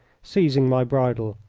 seizing my bridle.